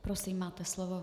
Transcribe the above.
Prosím, máte slovo.